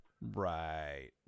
Right